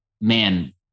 man